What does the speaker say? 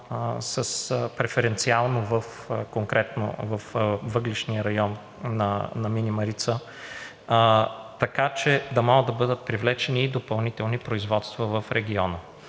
конкретно във въглищния район на „Мини Марица“, така че да могат да бъдат привлечени и допълнителни производства в региона.